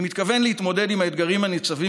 אני מתכוון להתמודד עם האתגרים הניצבים